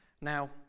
Now